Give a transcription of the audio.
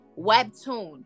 webtoon